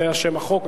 זה שם החוק,